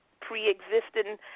pre-existing